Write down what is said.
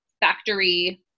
factory